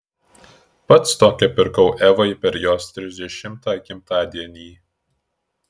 pats tokią pirkau evai per jos trisdešimtą gimtadienį